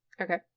Okay